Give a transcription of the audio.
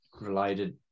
related